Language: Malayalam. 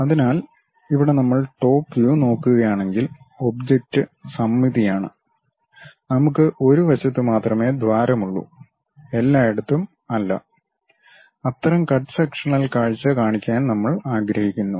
അതിനാൽ ഇവിടെ നമ്മൾ ടോപ് വ്യൂ നോക്കുക ആണെങ്കിൽ ഒബ്ജക്റ്റ് സമമിതി ആണ് നമുക്ക് ഒരു വശത്ത് മാത്രമേ ദ്വാരം ഉള്ളൂ എല്ലായിടത്തും അല്ല അത്തരം കട്ട് സെക്ഷണൽ കാഴ്ച കാണിക്കാൻ നമ്മൾ ആഗ്രഹിക്കുന്നു